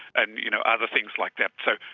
and you know other things like that. so,